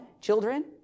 children